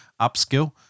upskill